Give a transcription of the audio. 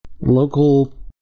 local